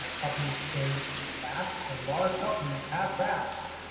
ah companies change fast, and large companies have crashed.